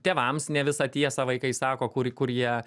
tėvams ne visą tiesą vaikai sako kur kur jie